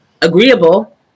agreeable